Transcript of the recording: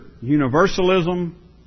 universalism